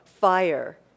fire